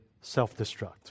self-destruct